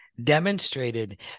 demonstrated